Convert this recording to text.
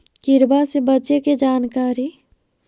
किड़बा से बचे के जानकारी?